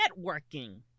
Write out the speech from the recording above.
networking